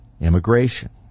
immigration